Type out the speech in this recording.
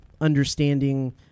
understanding